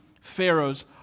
Pharaoh's